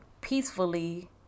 peacefully